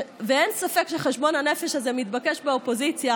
ואין ספק שחשבון הנפש הזה מתבקש באופוזיציה,